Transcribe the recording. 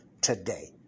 today